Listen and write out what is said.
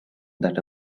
that